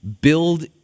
build